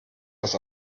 das